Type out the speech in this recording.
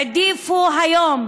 הם העדיפו היום